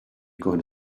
gonna